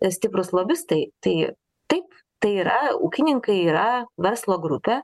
stiprūs lobistai tai taip tai yra ūkininkai yra verslo grupė